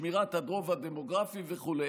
שמירת הרוב הדמוגרפי וכו'.